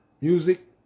Music